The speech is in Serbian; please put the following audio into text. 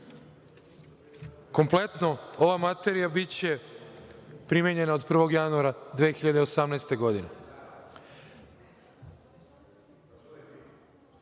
kafe. Ova materija biće primenjena od 1. januara 2018. godine.